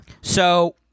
So-